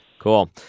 Cool